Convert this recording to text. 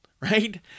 right